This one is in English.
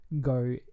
go